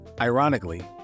Ironically